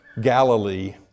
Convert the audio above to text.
Galilee